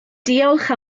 diolch